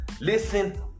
Listen